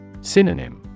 Synonym